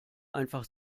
einfach